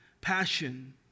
passion